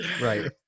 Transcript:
Right